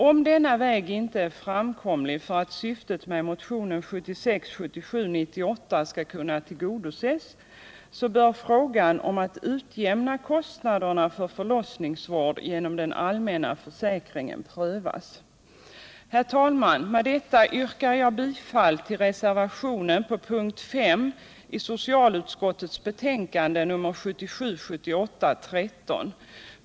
Om denna väg inte är framkomlig för att syftet med motionen 1976 78:13.